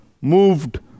moved